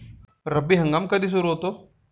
रब्बी हंगाम कधी सुरू होतो?